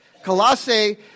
Colossae